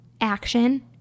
action